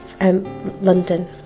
London